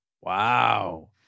Wow